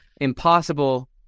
impossible